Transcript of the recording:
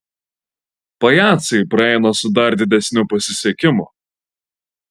pajacai praeina su dar didesniu pasisekimu